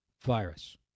virus